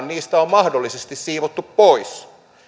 niistä on mahdollisesti siivottu pois